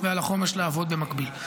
ועל החומש לעבוד במקביל.